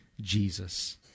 Jesus